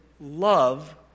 love